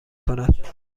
کند